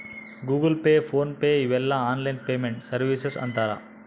Google pay PhonePe ಇವೆಲ್ಲ online payment services ಅಂತರ್